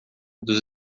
dos